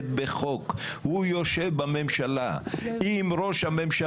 יושב-ראש הוועדה